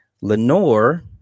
Lenore